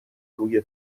روی